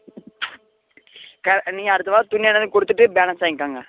நீங்கள் அடுத்த வாரம் துணி எல்லாத்தையும் கொடுத்துட்டு பேலன்ஸ் வாங்கிக்கோங்க